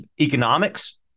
economics